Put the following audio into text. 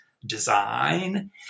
design